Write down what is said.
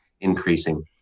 increasing